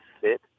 fit